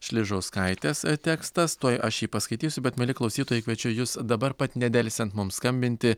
sližauskaitė tekstas tuoj aš jį paskaitysiu bet mieli klausytojai kviečiu jus dabar pat nedelsiant mums skambinti